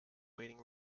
waiting